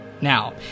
Now